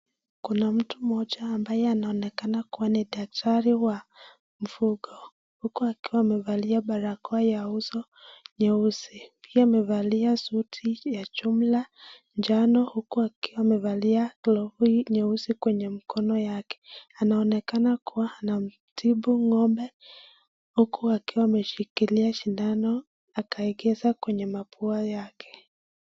Kuna mtu mmoja ambaye anaonekana kuwa ni daktari wa mfugo. Huku akiwa amevalia barakoa ya uso nyeusi. Pia amevalia suti ya jumla njano huku akiwa amevalia glovu nyeusi kwenye mkono yake. Anaonekana kuwa anamtibu ng'ombe huku akiwa ameshikilia shindano akaegeza kwenye mapua yake.